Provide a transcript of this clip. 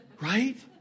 Right